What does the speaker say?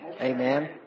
Amen